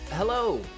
Hello